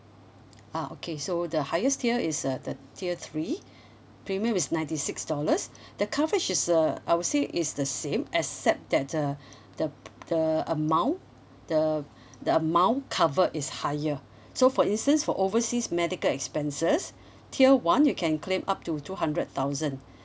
ah okay so the highest tier is uh the tier three premium is ninety six dollars the coverage is uh I would say is the same except that uh the the amount the the amount covered is higher so for instance for overseas medical expenses tier one you can claim up to two hundred thousand